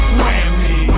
whammy